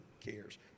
cares